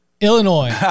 Illinois